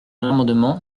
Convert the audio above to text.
l’amendement